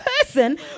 person